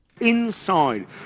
Inside